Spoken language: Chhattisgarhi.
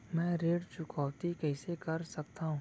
मैं ऋण चुकौती कइसे कर सकथव?